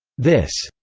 this,